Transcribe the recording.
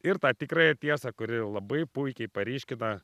ir tą tikrąją tiesą kuri labai puikiai paryškina